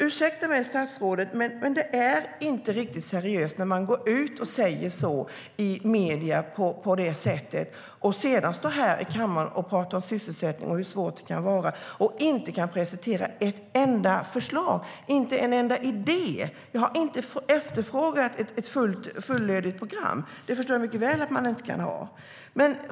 Ursäkta mig, statsrådet, men det är inte riktigt seriöst att gå ut och säga så i medierna och sedan stå i kammaren och tala om sysselsättning och hur svårt det kan vara och dessutom inte kunna presentera ett enda förslag, inte en enda idé. Jag har inte efterfrågat ett fullödigt program. Jag förstår mycket väl att man inte kan ha det.